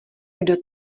kdo